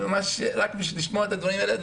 רק מלשמוע את הדברים האלה,